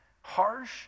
harsh